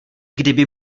kdyby